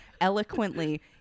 eloquently